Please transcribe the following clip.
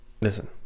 listen